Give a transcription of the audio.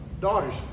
daughters